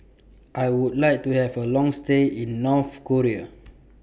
I Would like to Have A Long stay in North Korea